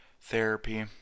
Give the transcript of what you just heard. therapy